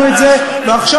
האוצר.